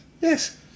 Yes